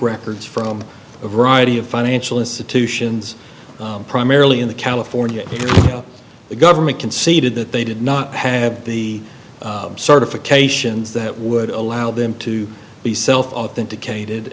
records from a variety of financial institutions primarily in the california area the government conceded that they did not have the certifications that would allow them to be self authenticated